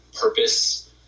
purpose